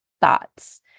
thoughts